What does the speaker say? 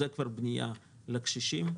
זה כבר בנייה לקשישים.